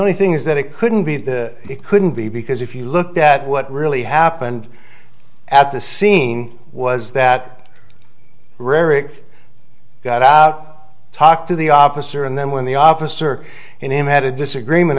only thing is that it couldn't be the it couldn't be because if you look at what really happened at the scene was that rerig got out talk to the opposite and then when the officer in him had a disagreement